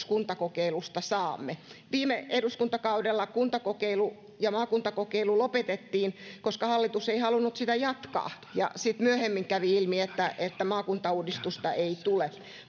kuntakokeilusta saamme viime eduskuntakaudella kuntakokeilu ja maakuntakokeilu lopetettiin koska hallitus ei halunnut sitä jatkaa ja sitten myöhemmin kävi ilmi että että maakuntauudistusta ei tule